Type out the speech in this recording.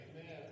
Amen